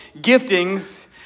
giftings